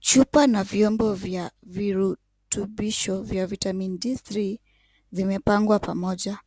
Chupa na viombo vya virutubisho vya Vitamin D3 zimepangwa pamoja.